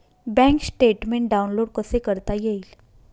Bank statement download कसे करता येईल?